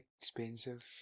expensive